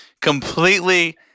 completely